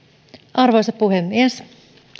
arvoisa puhemies